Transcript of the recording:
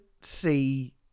see